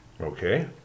Okay